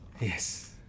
Yes